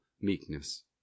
meekness